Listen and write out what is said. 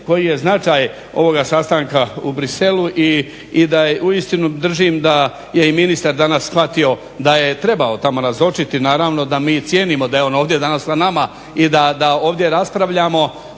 koji je značaj ovoga sastanka u Bruxellesu i da je uistinu držim da je i ministar danas shvatio da je trebao tamo nazočiti. Naravno da mi cijenimo da je on ovdje danas sa nama i da ovdje raspravljamo